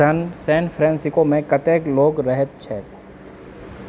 सैन फ्रांसिस्कोमे कतेक लोक रहैत छथि